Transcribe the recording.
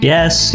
Yes